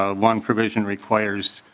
ah one provision requires